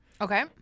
okay